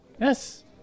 Yes